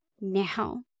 now